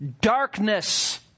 darkness